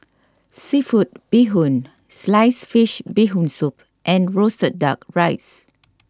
Seafood Bee Hoon Sliced Fish Bee Hoon Soup and Roasted Duck Rice